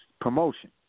promotion